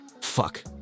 Fuck